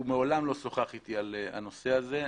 הוא מעולם לא דיבר איתי על הנושא הזה,